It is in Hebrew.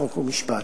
חוק ומשפט.